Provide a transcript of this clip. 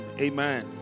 amen